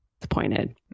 disappointed